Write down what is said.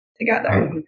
together